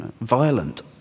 violent